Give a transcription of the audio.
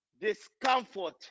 discomfort